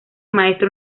maestro